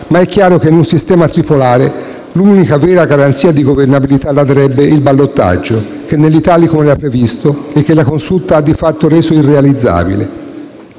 Ma è chiaro che in un sistema tripolare l'unica vera garanzia di governabilità la darebbe il ballottaggio, che nell'Italicum era previsto e che la Consulta ha di fatto reso irrealizzabile.